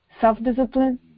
self-discipline